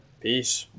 peace